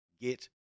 get